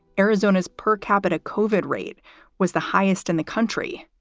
arizona's per capita covid rate was the highest in the country.